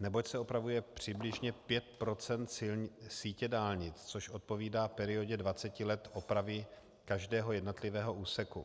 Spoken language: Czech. neboť se opravuje přibližně pět procent sítě dálnic, což odpovídá periodě dvaceti let opravy každého jednotlivého úseku.